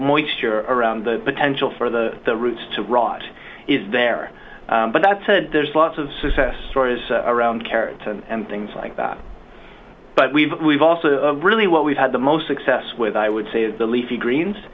moisture around the potential for the the roots to rot is there but that said there's lots of success stories around carrots and things like that but we have also really what we've had the most success with i would say the least the greens